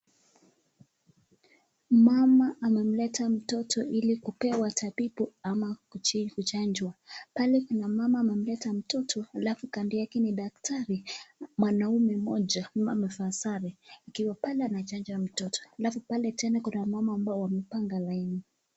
Mama amemleta mtoto ili kupewa tabibu ama kuchi kuchanjwa. Pale kuna mama amemleta mtoto halafu kando yake ni daktari mwanamume mmoja ambaye amevaa sare akiwa pale anachanja mtoto, halafu pale tena kuna wamama ambao wamepanga laini .